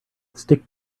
stick